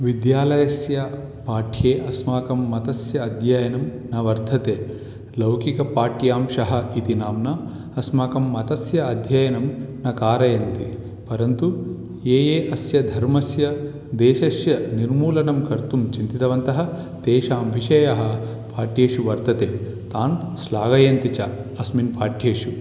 विद्यालयस्य पाठ्ये अस्माकं मतस्य अध्ययनं न वर्तते लौकिकपाठ्यांशः इति नाम्ना अस्माकं मतस्य अध्ययनं न कारयन्ति परन्तु ये ये अस्य धर्मस्य देशस्य निर्मूलनं कर्तुं चिन्तितवन्तः वन्तः तेषां विषयः पाठ्येषु वर्तते तान् श्लाघयन्ति च अस्मिन् पाठ्येषु